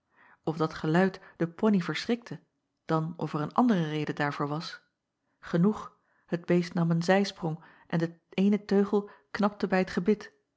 f dat geluid de poney verschrikte dan of er een andere reden daarvoor was genoeg het beest nam een zijsprong en de eene teugel knapte bij t gebit